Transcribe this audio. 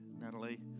Natalie